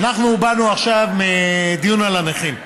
אנחנו באנו עכשיו מדיון על הנכים,